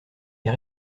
est